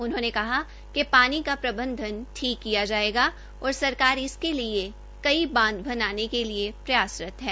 उन्होंने कहा कि पानी प्रबंधन ठीक किया जायेगा और सरकार इसके लिये कई बांध बनाने के लिये प्रयासरत है